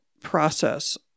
process